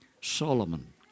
Solomon